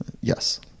Yes